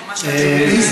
כי ממש חשוב לי,